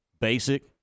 basic